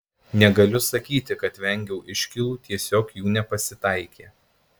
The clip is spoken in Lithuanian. negaliu sakyti kad vengiau iškylų tiesiog jų nepasitaikė